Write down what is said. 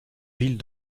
ville